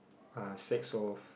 uh six off